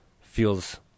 feels